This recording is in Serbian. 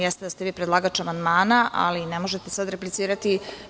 Jeste da ste vi predlagač amandmana, ali ne možete sad replicirati.